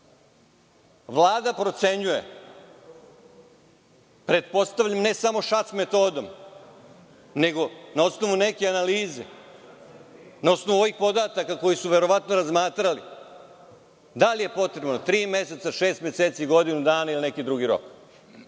Vlada procenjuje, pretpostavljam ne samo šac metodom, nego na osnovu neke analize, na osnovu ovih podataka koje su verovatno razmatrali da li je potrebno tri meseca, šest meseci ili godinu dana. Očekivao